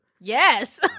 Yes